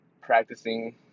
practicing